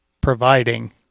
providing